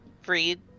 freed